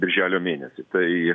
birželio mėnesį tai